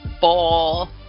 ball